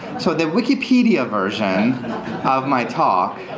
so that wikipedia version of my talk